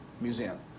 Museum